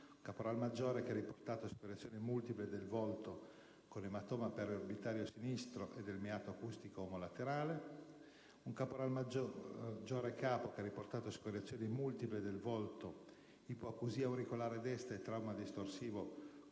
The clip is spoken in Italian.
caporal maggiore, che ha riportato escoriazioni multiple del volto con ematoma periorbitario sinistro e del meato acustico omolaterale; un caporal maggiore capo, che ha riportato escoriazioni multiple del volto, ipoacusia auricolare destra e un trauma distorsivo contusivo